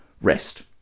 rest